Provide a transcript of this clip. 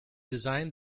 designed